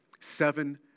Seven